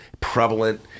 prevalent